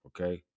okay